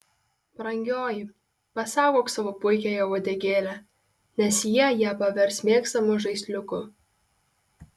brangioji pasaugok savo puikiąją uodegėlę nes jie ją pavers mėgstamu žaisliuku